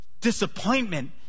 disappointment